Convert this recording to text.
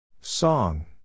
Song